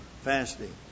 fasting